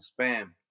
spam